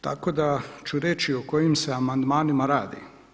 Tako da ću reći o kojim se amandmanima radi.